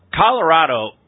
Colorado